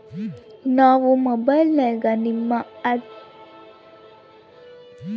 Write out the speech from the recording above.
ನಾವು ಮೊಬೈಲಿನ್ಯಾಗ ನಿಮ್ಮ ಬ್ಯಾಂಕಿನ ಅರ್ಜಿ ಹಾಕೊಬಹುದಾ?